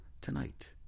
tonight